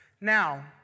Now